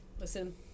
Listen